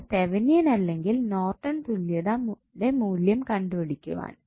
അത് തെവനിയൻ അല്ലെങ്കിൽ നോർട്ടൺ തുല്യതയുടെ മൂല്യം കണ്ടുപിടിക്കുവാൻ